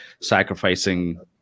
sacrificing